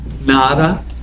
Nada